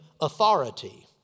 authority